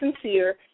sincere